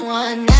one